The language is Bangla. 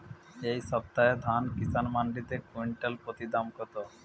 এই সপ্তাহে ধান কিষান মন্ডিতে কুইন্টাল প্রতি দাম কত?